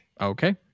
Okay